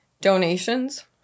donations